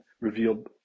revealed